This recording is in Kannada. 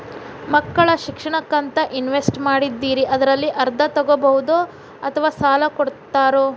ಮಕ್ಕಳ ಶಿಕ್ಷಣಕ್ಕಂತ ಇನ್ವೆಸ್ಟ್ ಮಾಡಿದ್ದಿರಿ ಅದರಲ್ಲಿ ಅರ್ಧ ತೊಗೋಬಹುದೊ ಅಥವಾ ಸಾಲ ಕೊಡ್ತೇರೊ?